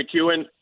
McEwen